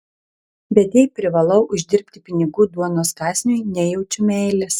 bet jei privalau uždirbti pinigų duonos kąsniui nejaučiu meilės